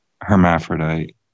hermaphrodite